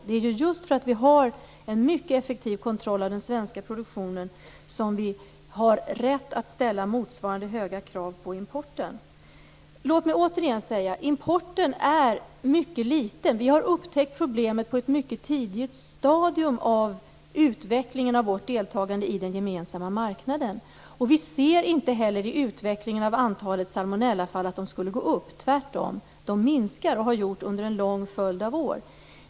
Det är just därför att vi har en mycket effektiv kontroll av den svenska produktionen som vi har rätt att ställa motsvarande höga krav på importen. Låt mig återigen säga: Importen är mycket liten. Vi har upptäckt problemet på ett mycket tidigt stadium i utvecklingen av vårt deltagande i den gemensamma marknaden. Vi ser inte heller att antalet salmonellafall skulle gå upp, tvärtom. Det minskar och har gjort det under en lång följd av år.